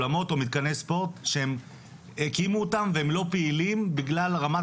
אולמות או מתקני ספורט שהם הקימו אותם והם לא פעילים בגלל רמת